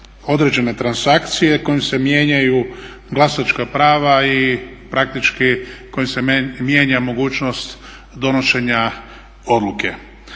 određene transakcije kojim se mijenjaju glasačka prava i praktički kojim se mijenja mogućnost donošenja odluke.